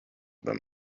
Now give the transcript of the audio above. them